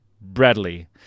Bradley